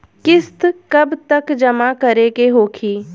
किस्त कब तक जमा करें के होखी?